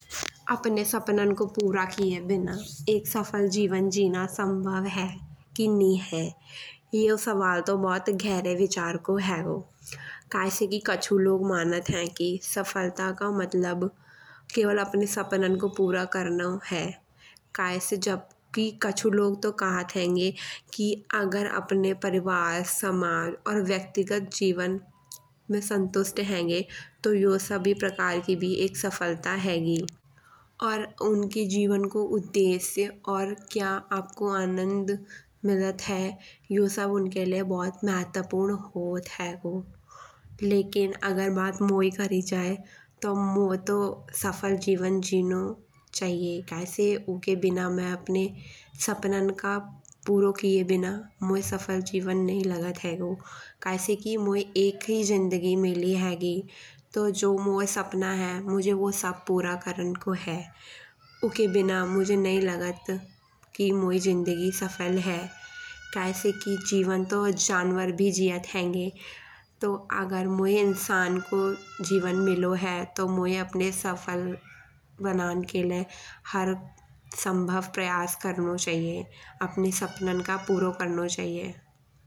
अपने सपनन को पूरा किये बिना एक सफल जीवन जीना सम्भव है की नी है। यह सवाल तो भोत गहरे विचार को हैगो। कय से की कछु लोग मानत है की सफलता को मतलब केवल अपने सनन को पूरा करनो है। कय से जब की कछु लोग तो कहत हेन्गे की अगर अपने परिवार समाज और व्यक्तिगत जीवन में संतुष्ट हेन्गे। तो यो भी एक प्रकार की सफलता हेगी। और उनके जीवन को उद्देश्य और क्या आपको आनंद मिलत है यो सब इनके लाइ अनेक महत्वपुर्ण होत हैगो। लेकिन अगर बात मोयी करी जये तो मोये तो सफल जीवन जीनो चाहिए। कय से उके बिना मै अपने सपनन का पूरा किये बिना मोये सफल जीवन नई लागत हैगो। कय से की मोये एक ही जिन्दगी मिली हेगी। तो मोये जो सपना है मुझे वो सब पूरा करन को है। उके बिना मोये नहीं लागत की मोयी जिंदगी सफल है। कय से की जीवन तो जनवर भी जियत हेन्गे। तो अगर मोये इंसान को जीवन मिलो है तो मोये अपने सफल बनन के लाइ हर सम्भव प्रयास करनो चाहिए। अपने सपनन को पूरा करनो चाहिए।